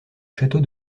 château